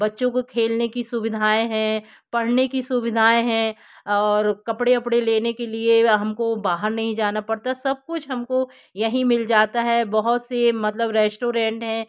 बच्चों को खेलने की सुविधाएँ हैं पढ़ने की सुविधाएँ हैं और कपड़े वपड़े लेने के लिए हम को बाहर नहीं जाता पड़ता सब कुछ हम को यहीं मिल जाता है बहुत से मतलब रेस्टॉरेंट हैं